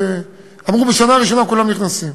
לא אמרו שבשנה הראשונה כולם נכנסים.